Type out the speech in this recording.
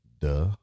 duh